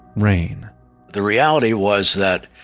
rain the reality was that,